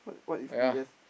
what is D_S